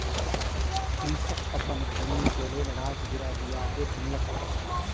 कृषक अपन भूमि के लेल राजगिरा बीया के चुनलक